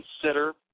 consider